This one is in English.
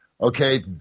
Okay